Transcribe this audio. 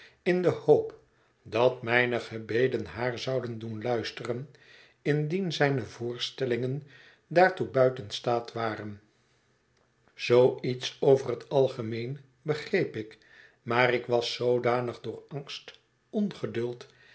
in de hoop dat mijne gebeden haar zouden doen luisteren indien zijne voorstellingen daartoe buiten staat waren zoo iets over het algemeen begreep ik maar ik was zoodanig door angst